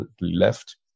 left